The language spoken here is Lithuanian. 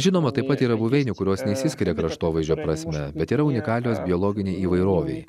žinoma taip pat yra buveinių kurios neišsiskiria kraštovaizdžio prasme bet yra unikalios biologinei įvairovei